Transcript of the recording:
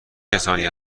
کسانی